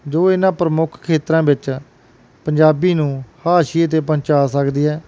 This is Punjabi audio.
ਜੋ ਇਹਨਾਂ ਪ੍ਰਮੁੱਖ ਖੇਤਰਾਂ ਵਿੱਚ ਪੰਜਾਬੀ ਨੂੰ ਹਾਸ਼ੀਏ 'ਤੇ ਪਹੁੰਚਾ ਸਕਦੀ ਹੈ